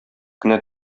кенә